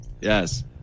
Yes